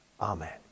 Amen